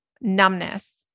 numbness